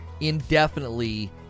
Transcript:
indefinitely